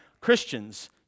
Christians